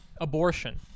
abortion